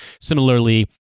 Similarly